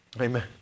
Amen